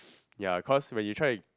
ya cause when you try